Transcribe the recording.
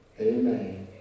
Amen